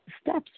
steps